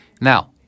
Now